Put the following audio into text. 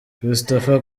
christopher